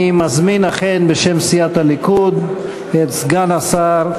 אני מזמין בשם סיעת הליכוד את סגן השר,